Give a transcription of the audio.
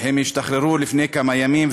והם השתחררו לפני כמה ימים,